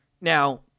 Now